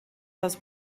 does